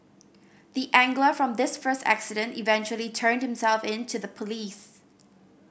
the angler from this first accident eventually turned himself in to the police